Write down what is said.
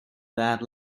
bad